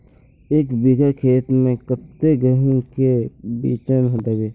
एक बिगहा खेत में कते गेहूम के बिचन दबे?